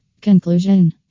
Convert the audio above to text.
Conclusion